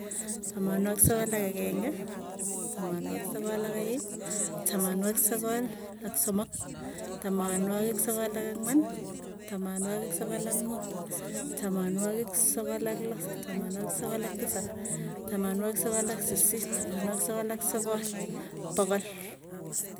Tamanwagik sokol, tamanwagik sokol ak ageng'e, tamanwagik sokol ak aeng, tamanwagik sokol ak somok, tamanwagik sokol ak anwan, tamanwagik tamanwagik sokol ak muut, tamanwagik sokol ak loo, tamanwagik sokol ak tisap, tamanwagik sokol ak sisit, tamanwagik sokol ak sokol, pogol.